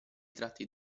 tratti